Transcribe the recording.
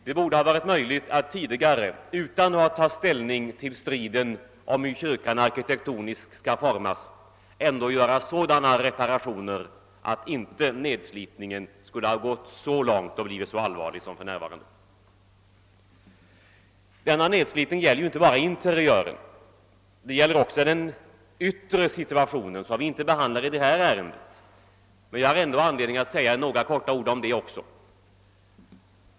Det borde ha varit möjligt att tidigare -— utan att ta ställning till striden om hur kyrkan arkitektoniskt bör utformas — göra sådana reparationer att nedslitningen inte gått så långt och blivit så allvarlig som nu är fallet. Det är inte bara interiören som har nedslitits, utan det gäller även kyrkans yttre. Trots att frågan om kyrkans yttre förslitning inte behandlas i det nu förevarande ärendet har jag ändå anledning att säga några få ord även om den saken.